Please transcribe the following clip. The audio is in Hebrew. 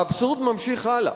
האבסורד ממשיך הלאה.